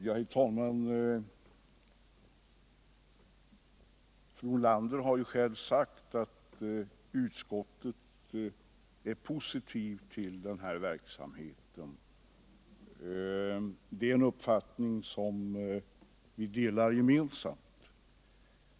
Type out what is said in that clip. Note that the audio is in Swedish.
Herr talman! Fru Nordlander har ju själv sagt att utskottet är positivt till denna verksamhet. Det är en uppfattning som vi hyser gemensamt.